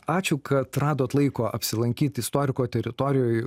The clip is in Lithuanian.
ačiū kad radot laiko apsilankyt istoriko teritorijoj